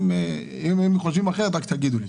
אם אתם חושבים אחרת, תגידו לי.